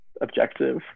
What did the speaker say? objective